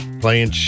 playing